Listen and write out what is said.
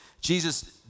Jesus